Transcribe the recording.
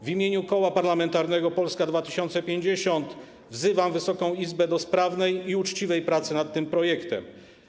W imieniu Koła Parlamentarnego Polska 2050 wzywam Wysoką Izbę do sprawnej i uczciwej pracy nad tym projektem.